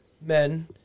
men